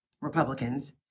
Republicans